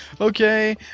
Okay